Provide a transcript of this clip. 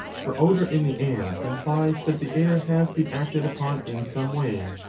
for odour in the air implies that the air has been acted upon in some way.